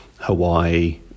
Hawaii